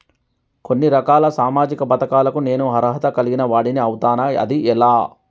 కొన్ని రకాల సామాజిక పథకాలకు నేను అర్హత కలిగిన వాడిని అవుతానా? అది ఎలా?